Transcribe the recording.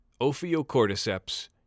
Ophiocordyceps